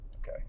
Okay